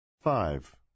Five